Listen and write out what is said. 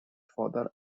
father